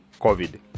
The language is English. COVID